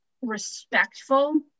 respectful